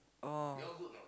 oh